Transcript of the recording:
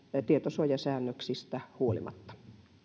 tietosuojasäännöksistä huolimatta